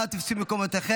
נא תפסו את מקומותיכם.